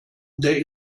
they